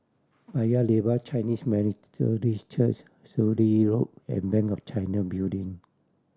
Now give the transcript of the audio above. Paya Lebar Chinese Methodist Church Sturdee Road and Bank of China Building